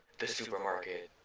the supermarket.